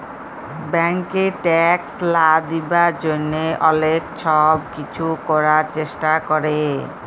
ব্যাংকে ট্যাক্স লা দিবার জ্যনহে অলেক ছব কিছু ক্যরার চেষ্টা ক্যরে